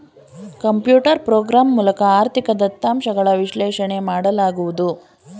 computer program ಮೂಲಕ ಆರ್ಥಿಕ ದತ್ತಾಂಶಗಳ ವಿಶ್ಲೇಷಣೆ ಮಾಡಲಾಗುವುದು